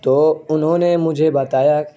تو انہوں نے مجھے بتایا